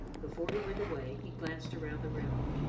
before he went away, he glanced around the room.